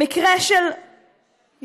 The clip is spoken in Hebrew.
במקרה של ילדה,